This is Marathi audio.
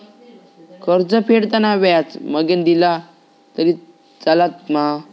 कर्ज फेडताना व्याज मगेन दिला तरी चलात मा?